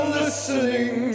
listening